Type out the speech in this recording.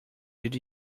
did